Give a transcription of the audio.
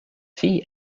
fille